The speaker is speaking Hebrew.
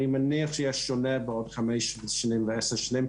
אני מניח שתהיה שונה בעוד חמש ועשר שנים,